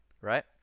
right